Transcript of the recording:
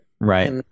Right